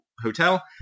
Hotel